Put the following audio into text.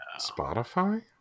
Spotify